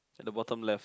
at the bottom left